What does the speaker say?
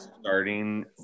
starting